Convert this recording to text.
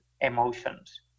emotions